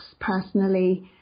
personally